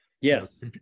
Yes